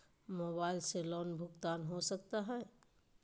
Mobile से loan भुगतान हो सकता है?